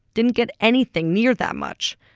didn't get anything near that much,